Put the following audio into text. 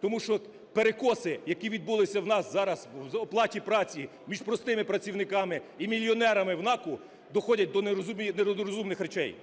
Тому що перекоси, які відбулися у нас зараз в оплаті праці між простими працівниками і мільйонерами в НАКу, доходять до нерозумних речей.